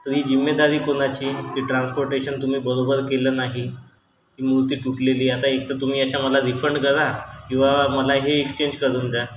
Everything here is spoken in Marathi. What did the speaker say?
तर ही जिम्मेदारी कुणाची की ट्रान्स्पोर्टेशन तुम्ही बरोबर केलं नाही ही मूर्ती तुटलेली आहे आता एक तर तुम्ही याचा मला रिफंड करा किंवा मला हे एक्सचेंज करून द्या